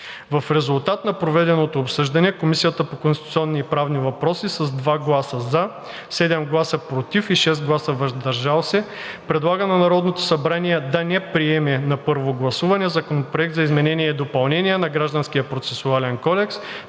В резултат на проведеното обсъждане Комисията по конституционни и правни въпроси с 2 гласа „за“, 7 гласа „против“ и 6 гласа „въздържал се“ предлага на Народното събрание да не приеме на първо гласуване Законопроект за изменение и допълнение на Гражданския процесуален кодекс,